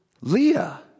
Leah